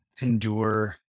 endure